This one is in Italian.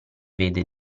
vede